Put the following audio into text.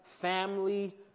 family